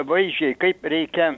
vaizdžiai kaip reikia